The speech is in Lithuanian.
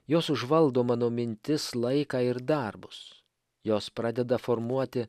jos užvaldo mano mintis laiką ir darbus jos pradeda formuoti